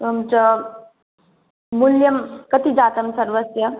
एवं च मूल्यं कति जातं सर्वस्य